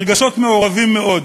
ברגשות מעורבים מאוד.